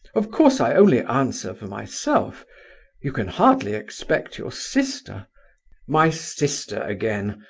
of course i only answer for myself you can hardly expect your sister my sister again,